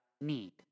need